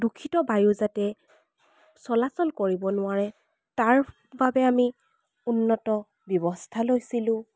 দূষিত বায়ু যাতে চলাচল কৰিব নোৱাৰে তাৰ বাবে আমি উন্নত ব্যৱস্থা লৈছিলোঁ